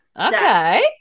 Okay